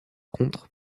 contre